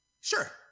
Sure